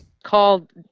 called